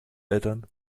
eltern